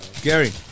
Gary